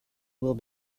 will